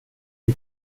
bli